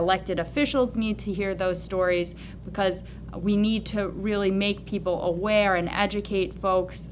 elected officials need to hear those stories because we need to really make people aware and educate folks